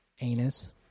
anus